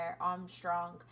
Armstrong